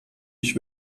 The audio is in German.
ich